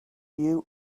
you